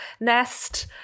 nest